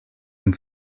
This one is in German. den